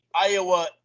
Iowa